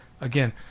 again